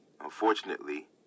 Unfortunately